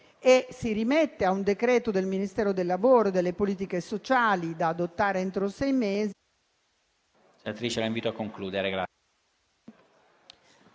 Si rimette a un decreto del Ministero del lavoro e delle politiche sociali da adottare entro sei mesi...